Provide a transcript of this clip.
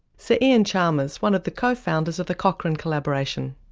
sir iain chalmers, one of the co-founders of the cochrane collaboration.